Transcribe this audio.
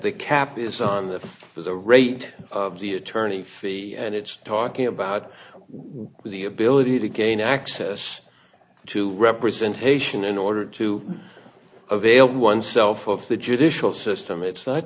the cap is on the as a rate of the attorney fees and it's talking about what the ability to gain access to representation in order to avail oneself of the judicial system it's not